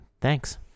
Thanks